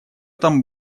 там